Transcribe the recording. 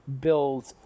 build